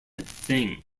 thing